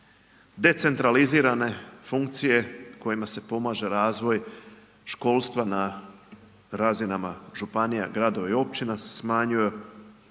decentralizirane funkcije kojima se pomaže razvoj školstva na razinama županija, gradova i općina se smanjuje.